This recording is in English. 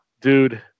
Dude